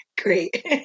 great